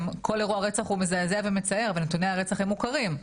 כל אירוע רצח הוא מזעזע ומצער אבל נתוני הרצח הם מוכרים,